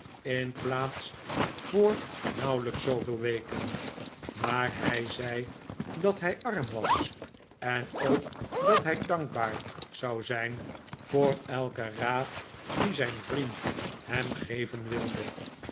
in plaats van voor nauwelijks zooveel weken maar hij zei dat hij arm was en ook dat hij dankbaar zou zijn voor elken raad dien zijn vriend hem geven wilde